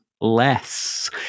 less